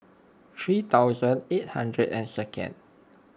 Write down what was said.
three thousand eight hundred and second